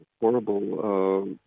horrible